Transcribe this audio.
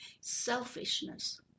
selfishness